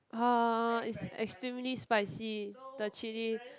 uh it's extremely spicy the chilli